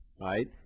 right